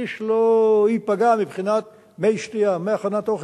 איש לא ייפגע מבחינת מי שתייה, מי הכנת אוכל.